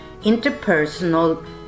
interpersonal